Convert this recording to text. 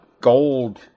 gold